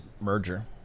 merger